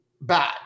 bad